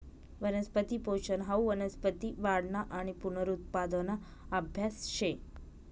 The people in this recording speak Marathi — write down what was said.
वनस्पती पोषन हाऊ वनस्पती वाढना आणि पुनरुत्पादना आभ्यास शे